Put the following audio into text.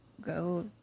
go